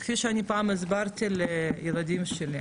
כפי שאני פעם הסברתי לילדים שלי,